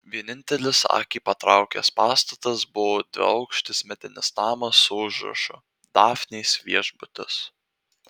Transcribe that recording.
vienintelis akį patraukęs pastatas buvo dviaukštis medinis namas su užrašu dafnės viešbutis